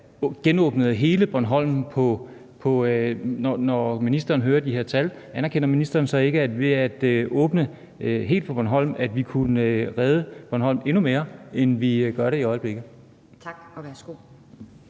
genåbnet hele Bornholm, når ministeren hører de her tal, og anerkender ministeren så ikke også, at ved at åbne helt for Bornholm kunne vi redde Bornholm endnu mere, end vi gør i øjeblikket? Kl.